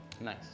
Nice